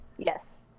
Yes